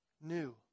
new